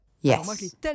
Yes